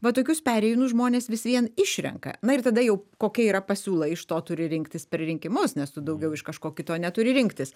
va tokius perėjūnus žmonės vis vien išrenka na ir tada jau kokia yra pasiūla iš to turi rinktis per rinkimus nes tu daugiau iš kažko kito neturi rinktis